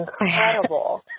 incredible